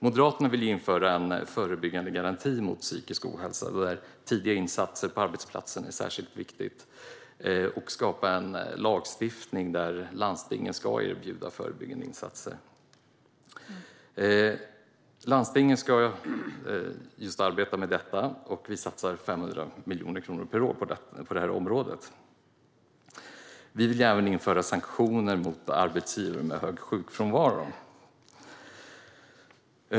Moderaterna vill införa en förebyggandegaranti mot psykisk ohälsa, där tidiga insatser på arbetsplatsen är särskilt viktiga, och skapa lagstiftning om att landstingen ska erbjuda förebyggande insatser. Landstingen ska arbeta med detta, och vi satsar 500 miljoner kronor på det här området. Vi vill gärna även införa sanktioner mot arbetsgivare med hög sjukfrånvaro.